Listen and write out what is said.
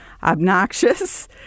obnoxious